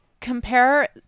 compare